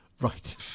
Right